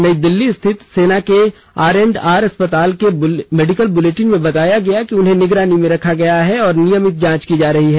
नई दिल्ली स्थित सेना के आर एंड आर अस्पताल के मेडिकल बुलेटिन में बताया गया है कि उन्हें निगरानी में रखा गया है और नियमित जांच की जा रही है